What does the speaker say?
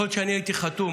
יכול להיות שאני הייתי חתום